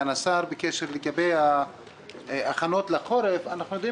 לגבי ההכנות לחורף אנחנו יודעים